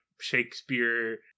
Shakespeare